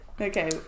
Okay